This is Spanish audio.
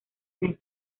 meses